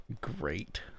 great